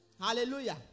Hallelujah